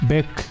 Back